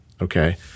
Okay